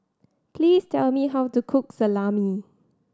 please tell me how to cook Salami